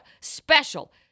special